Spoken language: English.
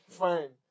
fine